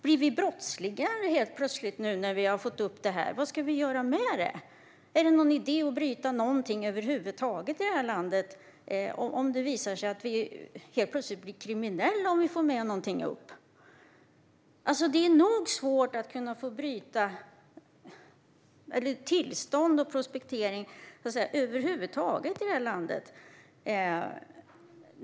Blir de plötsligt brottslingar när de får upp detta? Vad ska de göra med det? Är det någon idé att bryta någonting alls i det här landet om det visar sig att man helt plötsligt blir kriminell om man får med sig någonting upp? Det är tillräckligt svårt att få tillstånd för prospektering över huvud taget i det här landet.